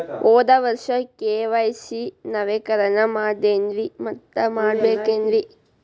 ಹೋದ ವರ್ಷ ಕೆ.ವೈ.ಸಿ ನವೇಕರಣ ಮಾಡೇನ್ರಿ ಮತ್ತ ಮಾಡ್ಬೇಕೇನ್ರಿ?